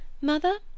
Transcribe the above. Mother